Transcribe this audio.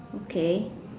okay